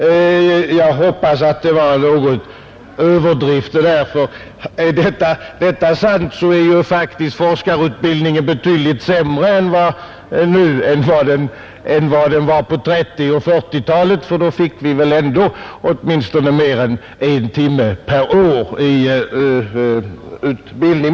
Jag hoppas detta var någon överdrift, ty är det sant är ju forskarutbildningen faktiskt betydligt sämre nu än vad den var på 1930 och 1940-talen, då vi väl ändå åtminstone hade mer än en timme per år och forskare.